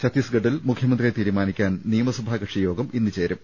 ഛത്തീസ്ഗഡിൽ മുഖ്യമന്ത്രിയെ തീരുമാ നിക്കാൻ നിയമസഭാകക്ഷിയോഗം ഇന്ന് ചേരും